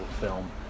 film